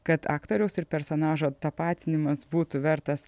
kad aktoriaus ir personažo tapatinimas būtų vertas